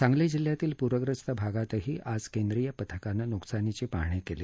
सांगली जिल्ह्यातील पुर्यस्त भागातही आज केंद्रीय पथकानं नुकसानीची पाहणी कल्ली